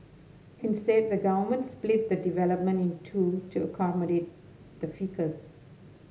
instead the government split the development in two to accommodate the ficus